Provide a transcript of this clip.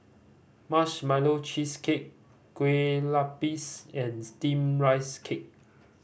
Marshmallow Cheesecake Kueh Lopes and Steamed Rice Cake